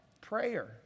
prayer